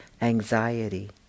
anxiety